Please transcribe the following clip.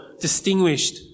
distinguished